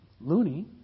loony